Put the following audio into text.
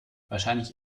wahrscheinlich